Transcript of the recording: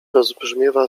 rozbrzmiewa